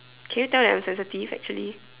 can you tell that I'm sensitive actually